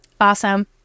awesome